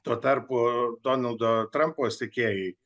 tuo tarpu donaldo trumpo sekėjai